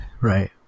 Right